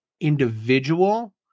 individual